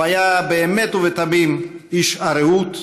הוא היה באמת ובתמים איש "הרעות",